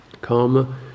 karma